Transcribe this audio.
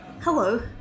Hello